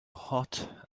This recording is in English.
hot